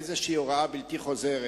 איזו הוראה בלתי חוזרת.